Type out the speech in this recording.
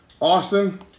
Austin